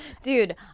dude